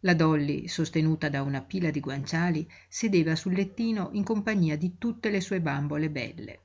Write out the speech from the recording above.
la dolly sostenuta da una pila di guanciali sedeva sul lettino in compagnia di tutte le sue bambole belle